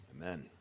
Amen